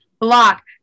block